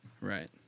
Right